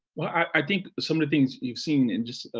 well, i think some of the things you've seen and just,